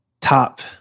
Top